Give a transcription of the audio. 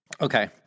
Okay